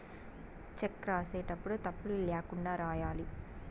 check రాసేటప్పుడు తప్పులు ల్యాకుండా రాయాలి